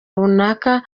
runaka